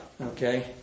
Okay